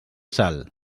sal